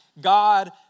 God